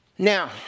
Now